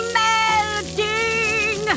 melting